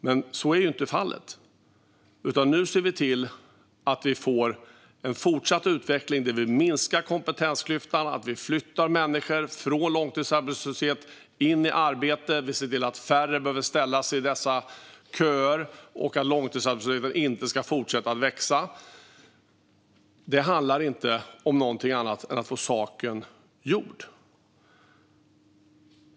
Men så är inte fallet. Nu ser vi till att vi får en fortsatt utveckling där vi minskar kompetensklyftan och flyttar människor från långtidsarbetslöshet in i arbete. Vi ser till att färre behöver ställa sig i köer och att långtidsarbetslösheten inte fortsätter att växa. Det handlar inte om någonting annat än att få saken gjord.